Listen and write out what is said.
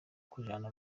kujana